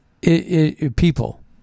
people